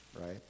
Right